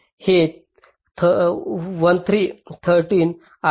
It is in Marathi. हे 13 आहे